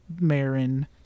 Marin